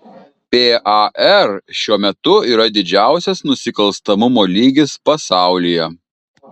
par šiuo metu yra didžiausias nusikalstamumo lygis pasaulyje